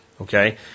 Okay